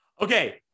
Okay